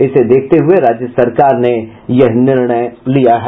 इसे देखते हुये राज्य सरकार ने यह निर्णय लिया है